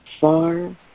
far